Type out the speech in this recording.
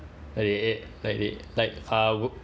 like they ate like they like fireworks